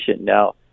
Now